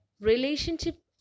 relationship